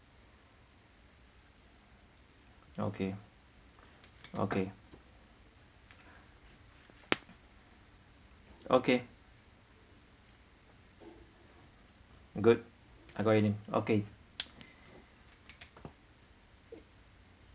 okay okay okay good I got your name okay